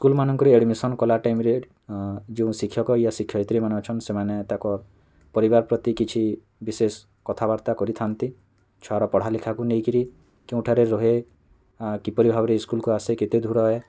ସ୍କୁଲ୍ମାନଙ୍କରେ ଆଡ଼ମିସନ୍ କଲା ଟାଇମ୍ରେ ଯେଉଁ ଶିକ୍ଷକ ୟା ଶିକ୍ଷୟତ୍ରୀମାନେ ଅଛନ୍ ସେମାନେ ତାକର୍ ପରିବାର୍ ପ୍ରତି କିଛି ବିଶେଷ କଥାବାର୍ତ୍ତା କରିଥାନ୍ତି ଛୁଆର ପଢ଼ାଲିଖାକୁ ନେଇକିରି କେଉଁଠାରେ ରୁହେ କିପରି ଭାବରେ ଇସ୍କୁଲ୍କୁ ଆସେ କେତେ ଦୂର ହଏ